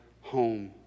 home